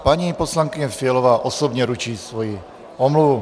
Paní poslankyně Fialová osobně ruší svoji omluvu.